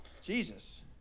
Jesus